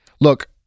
Look